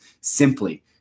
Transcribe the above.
Simply